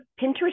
Pinterest